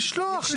לשלוח.